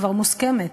כבר מוסכמת.